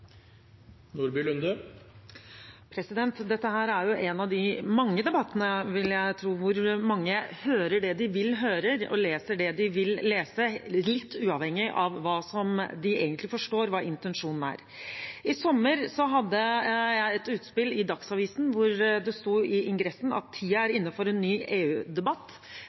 en av de mange debattene – vil jeg tro – hvor mange hører det de vil høre, og leser det de vil lese, litt uavhengig av hva de egentlig forstår er intensjonen. I sommer hadde jeg et utspill i Dagsavisen, hvor det sto i ingressen: «Tida er inne for en ny